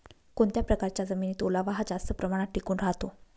कोणत्या प्रकारच्या जमिनीत ओलावा हा जास्त प्रमाणात टिकून राहतो?